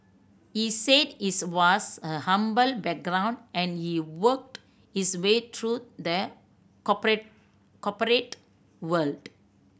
he said his was a humble background and he worked his way through the corporate world